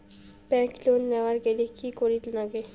Bank loan নেওয়ার গেইলে কি করীর নাগে?